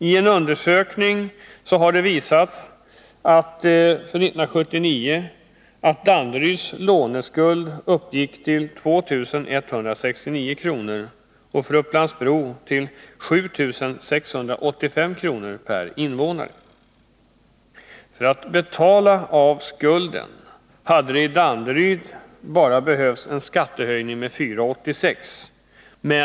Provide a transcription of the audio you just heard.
I en undersökning har det visats att 1979 uppgick Danderyds låneskuld till 2 169 kr. per invånare, medan motsvarande siffra för Upplands Bro är 7 685 kr. För att betala av skulden hade det i Danderyd behövts en skattehöjning med 4:86 kr.